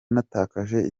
natakaje